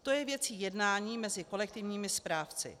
To je věcí jednání mezi kolektivními správci.